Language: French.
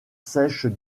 sèche